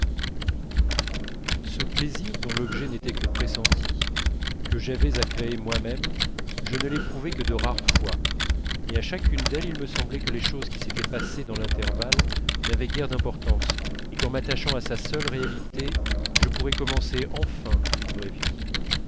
ce plaisir dont l'objet n'était que pressenti que j'avais à créer moi-même je ne l'éprouvais que de rares fois mais à chacune d'elles il me semblait que les choses qui s'étaient passées dans l'intervalle n'avaient guère d'importance et qu'en m'attachant à sa seule réalité je pourrais commencer enfin une vraie vie